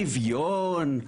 שוויון,